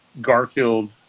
Garfield